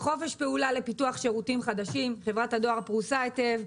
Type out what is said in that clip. חברת הדואר פרוסה היטב.